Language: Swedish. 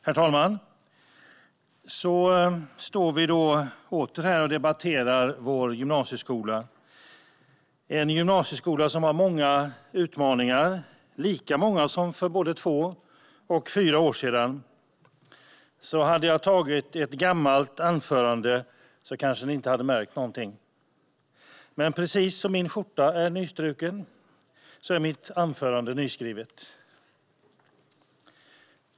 Herr talman! Så står vi då åter här och debatterar vår gymnasieskola - en gymnasieskola som har många utmaningar, lika många som för både två och fyra år sedan. Om jag hade tagit ett gammalt anförande hade ni kanske inte märkt något. Men precis som min skjorta är nystruken är mitt anförande nyskrivet.